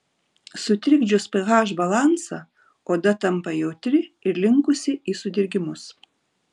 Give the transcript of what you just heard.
sutrikdžius ph balansą oda tampa jautri ir linkusi į sudirgimus